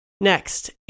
Next